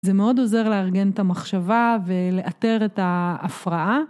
זה מאוד עוזר לארגן את המחשבה ולאתר את ההפרעה.